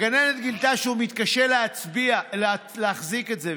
הגננת גילתה שהוא מתקשה להחזיק את זה,